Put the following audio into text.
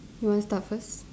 you want start first